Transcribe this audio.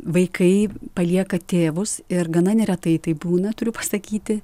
vaikai palieka tėvus ir gana neretai tai būna turiu pasakyti